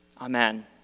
Amen